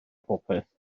popeth